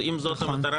אז אם זאת המטרה,